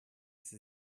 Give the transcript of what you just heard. sie